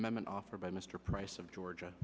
amendment offered mr price of georgia